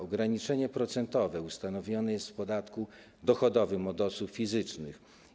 Ograniczenie procentowe ustanowione jest w przypadku podatku dochodowego od osób fizycznych.